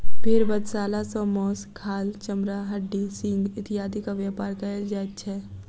भेंड़ बधशाला सॅ मौस, खाल, चमड़ा, हड्डी, सिंग इत्यादिक व्यापार कयल जाइत छै